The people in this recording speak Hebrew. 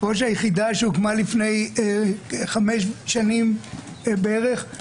ראש היחידה שהוקמה לפני חמש שנים בערך,